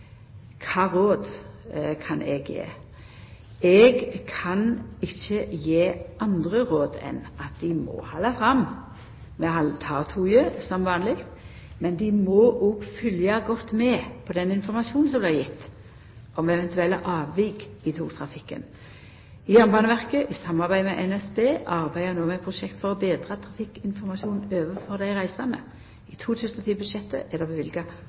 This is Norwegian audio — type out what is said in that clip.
Kva råd kan eg gje? Eg kan ikkje gje andre råd enn at ein må halda fram med å ta toget som vanleg, men ein må òg følgja godt med på den informasjonen som blir gjeven om eventuelle avvik i togtrafikken. Jernbaneverket i samarbeid med NSB arbeider no med eit prosjekt for å betra trafikkinformasjonen overfor dei reisande. I 2010-budsjettet er det